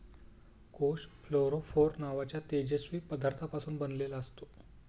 कोष फ्लोरोफोर नावाच्या तेजस्वी पदार्थापासून बनलेला असतो